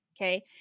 Okay